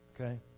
Okay